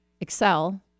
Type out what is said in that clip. excel